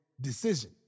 decision